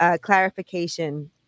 clarification